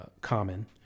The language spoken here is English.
common